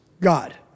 God